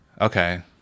okay